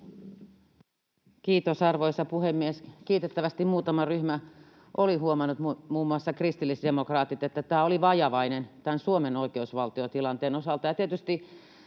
Kiitos, arvoisa puhemies! Kiitettävästi muutama ryhmä oli huomannut, muun muassa kristillisdemokraatit, että tämä oli vajavainen Suomen oikeusvaltiotilanteen osalta.